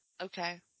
Okay